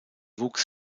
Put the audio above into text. wuchs